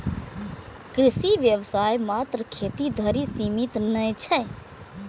कृषि व्यवसाय मात्र खेती धरि सीमित नै छै